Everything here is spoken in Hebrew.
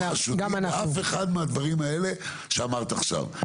שותפים לאף אחד מהדברים האלה שאמרת עכשיו.